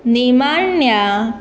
निमाण्या